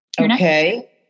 Okay